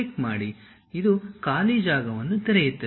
ಇದು ಖಾಲಿ ಜಾಗವನ್ನು ತೆರೆಯುತ್ತದೆ